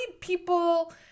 people